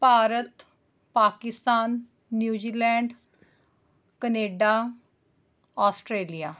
Bharat Pakistan New Zealand Canada Australia